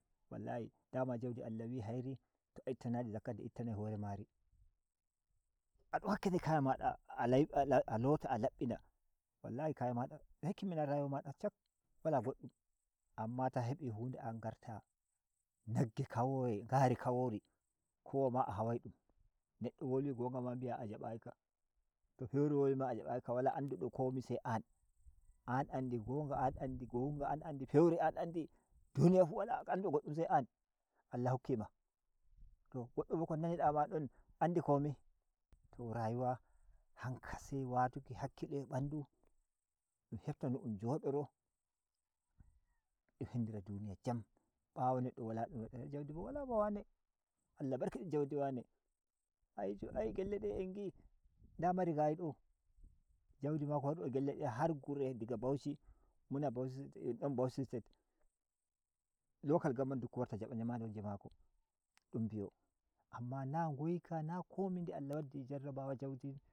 Wallahi dama jandi Allah wi hairi ta ittanayi di zakka ndi irranai hore mari to adon hakkilani kaya mada a laiba a lota a labbina wallahi kaya mada se kimimina rayuwa ma shak wala goddum amma ta hebi hu nde an garta nagge kawoye ngari kawori kowa ma a hawai dum neddo wolwi gonga ma bi’a a jabayika to feure wolwi ma bia’a a jabayi ka wala andu do komi se an an andi gonga an andi feure andi duniya fun wala andudo goddum sai an Allah hokkima to goddo bo ko ndaye da ma don andi komi to rayuwa hanka se watuki hakkilo a ban ndu dun hepta no dun jo doro dun hen dira duniya jam bawo neddo wal don dum wi’a wala ba wane Allah barkidin jandi wane ai jo ai gellede en gi’i nda marigayi do jaudi mako hav gure do danga Bauchi mina en don Bauchi Dukku warta jaba nyaa nde waje mako dun bi’o amma na nguika na komi.